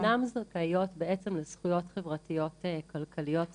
והן אינן זכאיות בעצם לזכויות חברתיות כלכליות בסיסיות,